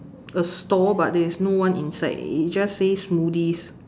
a stall but there's no one inside it just says smoothies